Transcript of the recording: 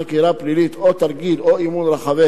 חקירה פלילית או תרגיל או אימון רחבי